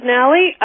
Nally